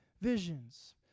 visions